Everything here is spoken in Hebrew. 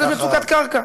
אז זו מצוקת קרקע.